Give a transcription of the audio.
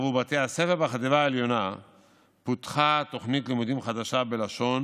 עבור בתי הספר בחטיבה העליונה פותחה תוכנית לימודים חדשה בלשון